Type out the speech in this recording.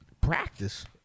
Practice